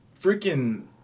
freaking